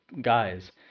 guys